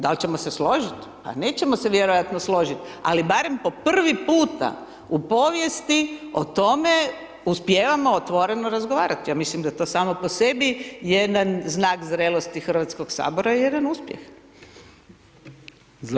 Dal ćemo se složiti, pa nećemo se vjerojatno složiti, ali barem po prvi puta u povijesti o tome uspijevamo otvoreno razgovarati, mislim da je to samo po sebi, jedan znak zrelosti Hrvatskog sabora i jedan uspjeh.